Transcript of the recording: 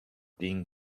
being